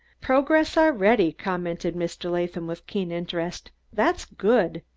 progress already, commented mr. latham with keen interest. that's good.